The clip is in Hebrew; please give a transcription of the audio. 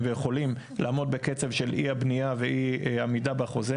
ויכולים לעמוד בקצב של אי הבנייה ואי עמידה בחוזה.